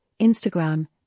Instagram